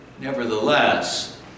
Nevertheless